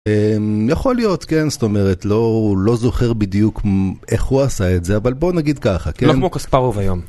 יכול להיות כן זאת אומרת לא הוא לא זוכר בדיוק איך הוא עשה את זה אבל בוא נגיד ככה. אנחנו קצר עוד היום.